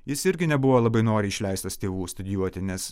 jis irgi nebuvo labai noriai išleistas tėvų studijuoti nes